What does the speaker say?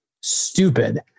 stupid